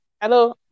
Hello